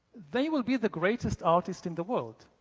they will be the greatest artist in the world.